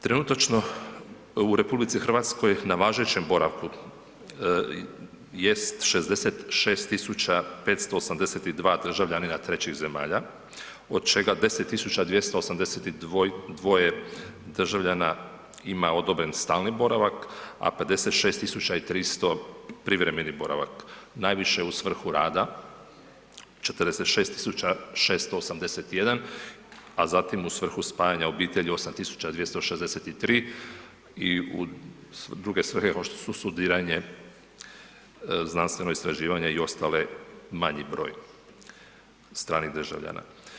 Trenutačno u RH na važećem boravku jest 66.582 državljanina trećih zemalja od čega 10.282 državljana ima odobren stalni boravak, a 56.300 privremeni boravak, najviše u svrhu rada 46.681, a zatim u svrhu spajanja obitelji 8.263 i druge svrhe kao što su studiranje, znanstveno istraživanje i ostale manji broj stranih državljana.